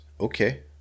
Okay